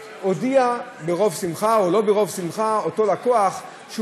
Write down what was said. אם אותו נמען ואותו צרכן ואותו לקוח כן מתקשר